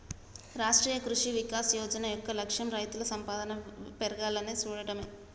రాష్ట్రీయ కృషి వికాస్ యోజన యొక్క లక్ష్యం రైతుల సంపాదన పెర్గేలా సూడటమే